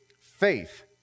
faith